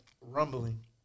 rumbling